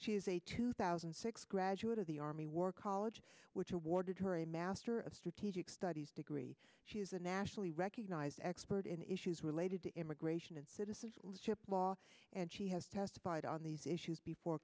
is a two thousand and six graduate of the army war college which awarded her a master of strategic studies degree she is a nationally recognized expert in issues related to immigration and said this is chip law and she has testified on these issues before